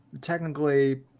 technically